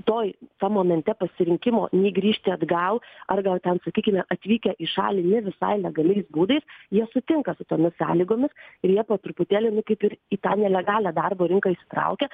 toj tam momente pasirinkimo nei grįžti atgal ar gal ten sakykime atvykę į šalį ne visai legaliais būdais jie sutinka su tomis sąlygomis ir jie po truputėlį nu kaip ir į tą nelegalią darbo rinką įsitraukia